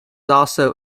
also